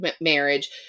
marriage